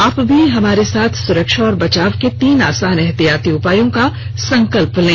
आप भी हमारे साथ सुरक्षा और बचाव के तीन आसान एहतियाती उपायों का संकल्प लें